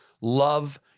love